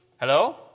Hello